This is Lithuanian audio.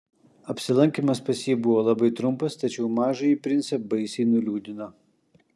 apsilankymas pas jį buvo labai trumpas tačiau mažąjį princą baisiai nuliūdino